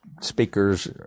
speakers